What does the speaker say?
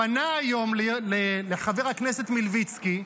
פנה היום לחבר הכנסת מלביצקי,